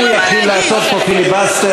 אם הוא יתחיל לעשות פה פיליבסטר